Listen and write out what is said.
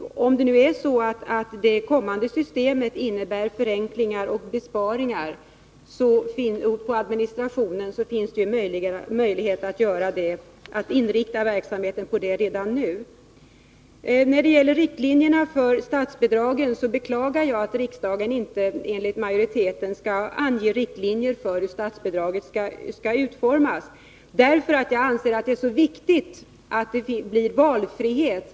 Om det kommande systemet innebär förenklingar och besparingar inom administrationen, finns det ju möjlighet att inrikta verksamheten på besparingar och förenklingar redan nu. När det gäller riktlinjerna för statsbidragen beklagar jag att riksdagen enligt majoriteten inte skall ange riktlinjer för hur statsbidragen skall utformas. Jag anser att det är viktigt att ange att de skall ge valfrihet.